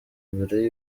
mbere